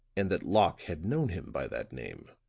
and that locke had known him by that name.